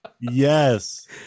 Yes